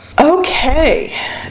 Okay